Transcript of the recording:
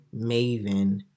maven